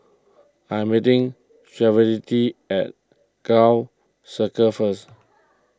I am meeting at Gul Circle first